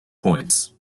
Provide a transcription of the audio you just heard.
points